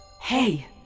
Hey